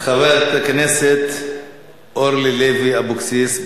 חברת הכנסת אורלי לוי אבקסיס,